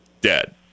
dead